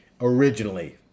originally